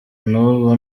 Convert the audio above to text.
n’ubu